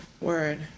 word